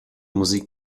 musik